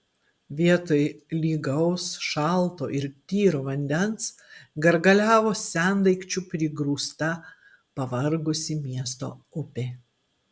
vietoj lygaus šalto ir tyro vandens gargaliavo sendaikčių prigrūsta pavargusi miesto upė